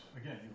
again